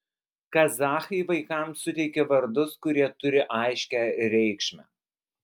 kazachai vaikams suteikia vardus kurie turi aiškią reikšmę